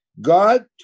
god